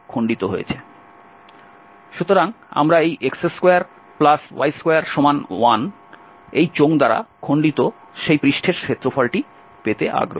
সুতরাং আমরা এই x2y21 চোঙ দ্বারা খন্ডিত সেই পৃষ্ঠের ক্ষেত্রফলটি পেতে আগ্রহী